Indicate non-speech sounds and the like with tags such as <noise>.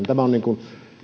<unintelligible> tämä on